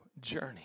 journey